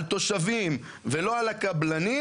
על תושבים ולא על הקבלנים